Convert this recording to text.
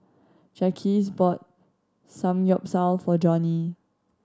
Jacquez bought Samgyeopsal for Joni